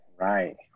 Right